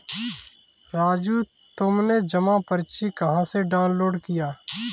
राजू तुमने जमा पर्ची कहां से डाउनलोड किया?